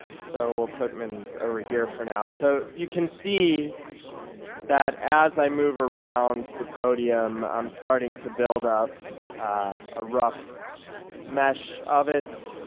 so we'll put mittens over here for now now. so you can see that as i move around the podium, i'm starting to build up a rough mesh of it.